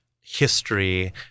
history